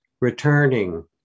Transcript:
returning